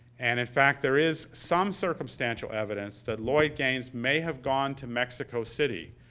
and in fact, there is some circumstantial evidence that lloyd gaines may have gone to mexico city.